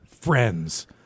friends